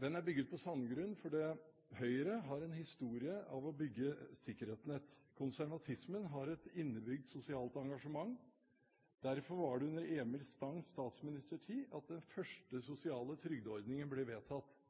Den er bygget på sandgrunn, for Høyre har en historie med å bygge sikkerhetsnett. Konservatismen har et innebygd sosialt engasjement. Derfor var det under Emil Stangs statsministertid at den første sosiale trygdeordningen ble vedtatt.